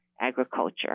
agriculture